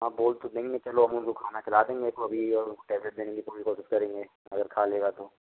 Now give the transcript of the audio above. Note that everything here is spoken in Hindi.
हाँ बोल तो देंगे चलो हम उनको खाना खिला देंगे अभी टैबलेट देने की पूरी कोशिश करेंगे अगर खा लेगा तो